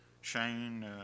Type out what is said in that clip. Shane